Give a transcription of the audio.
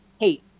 hey